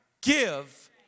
give